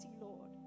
Lord